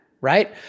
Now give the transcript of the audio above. right